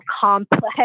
complex